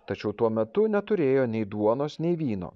tačiau tuo metu neturėjo nei duonos nei vyno